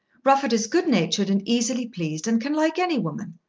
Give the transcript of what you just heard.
rufford is good-natured, and easily pleased, and can like any woman.